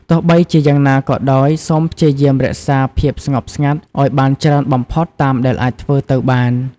ទោះបីជាយ៉ាងណាក៏ដោយ សូមព្យាយាមរក្សា ភាពស្ងប់ស្ងាត់ ឲ្យបានច្រើនបំផុតតាមដែលអាចធ្វើទៅបាន។